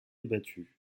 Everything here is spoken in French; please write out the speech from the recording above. battu